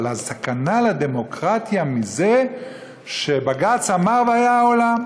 אבל הסכנה לדמוקרטיה היא מזה שבג"ץ אמר והיה העולם.